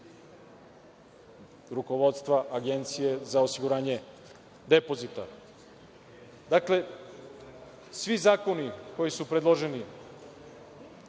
rukovodstva Agencije za osiguranje depozita? Svi zakoni koji su predloženi